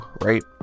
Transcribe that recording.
right